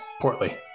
Portly